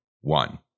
One